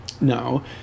No